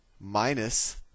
minus